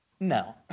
No